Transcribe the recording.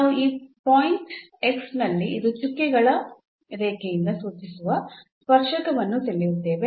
ನಾವು ಈ point x ಅಲ್ಲಿ ಈ ಚುಕ್ಕೆಗಳ ರೇಖೆಯಿಂದ ಸೂಚಿಸುವ ಸ್ಪರ್ಶಕವನ್ನು ಸೆಳೆಯುತ್ತೇವೆ